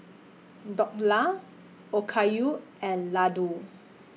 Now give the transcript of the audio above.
Dhokla Okayu and Ladoo